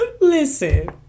Listen